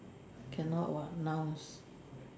can not what nouns